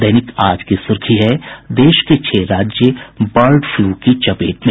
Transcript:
दैनिक आज की सुर्खी है देश के छह राज्य बर्ड फ्लू की चपेट में